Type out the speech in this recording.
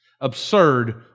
Absurd